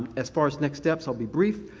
as far as next steps, i'll be brief,